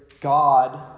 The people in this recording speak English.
God